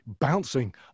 bouncing